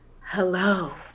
hello